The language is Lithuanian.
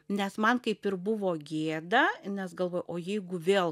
nes man kaip ir buvo gėda nes galvoju o jeigu vėl